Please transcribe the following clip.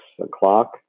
o'clock